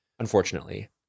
Unfortunately